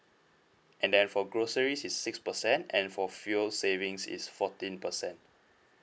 and then for groceries is six percent and for fuel savings is fourteen percent